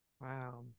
Wow